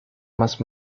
más